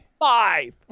five